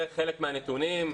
זה חלק מהנתונים.